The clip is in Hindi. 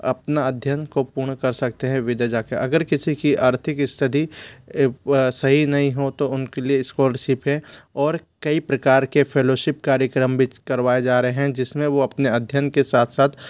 अपना अध्ययन को पूर्ण कर सकते हैं विदेश जाकर अगर किसी की आर्थिक स्थिति सही नहीं हो तो उनके लिए स्कॉलरशिप है और कई प्रकार के फेलोशिप कार्यक्रम भी करवाए जा रहे है जिसमें वह अपने अध्ययन के साथ साथ